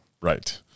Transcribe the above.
right